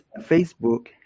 Facebook